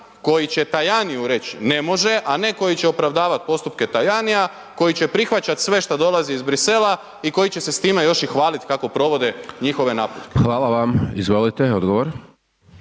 koji će Tajaniju reći ne može a ne koji će opravdavati postupke Tajanija koji će prihvaćat sve što dolazi iz Bruxellesa i koji će se s time još i hvaliti kako provode njihove naputke. **Hajdaš Dončić, Siniša